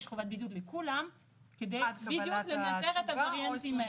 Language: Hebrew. יש חובת בידוד לכולם כדי בדיוק לנטר את הווריאנטים האלה.